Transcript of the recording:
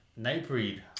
Nightbreed